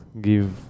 give